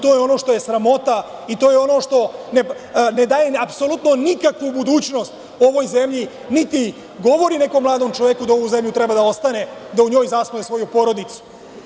T0o je ono što je sramota i to je ono što ne daje apsolutno nikakvu budućnost ovoj zemlji, niti govori nekom mladom čoveku da u ovoj zemlji treba da ostane, da u njoj zasnuje svoju porodicu.